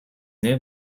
new